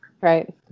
right